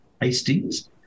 Hastings